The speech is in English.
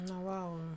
wow